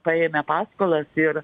paėmę paskolas ir